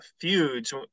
feuds